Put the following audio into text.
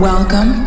Welcome